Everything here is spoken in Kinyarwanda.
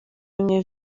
bimwe